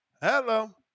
Hello